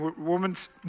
Women's